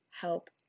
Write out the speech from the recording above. help